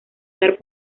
dar